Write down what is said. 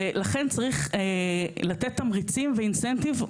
ולכן צריך לתת תמריצים ואינסנטיב.